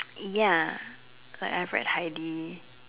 ya like I have read Heidi